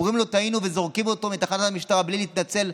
אומרים לו "טעינו" וזורקים אותו מתחנת המשטרה בלי להתנצל,